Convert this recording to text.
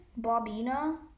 Bobina